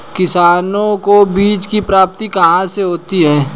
किसानों को बीज की प्राप्ति कहाँ से होती है?